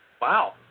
Wow